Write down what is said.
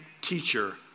teacher